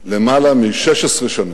למעלה מ-16 שנים.